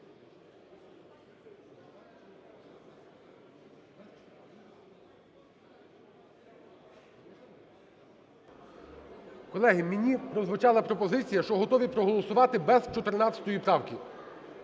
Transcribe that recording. Колеги, мені прозвучала пропозиція, що готові проголосувати без 14 правки.